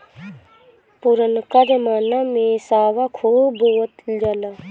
पुरनका जमाना में सावा खूब बोअल जाओ